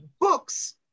books